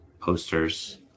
posters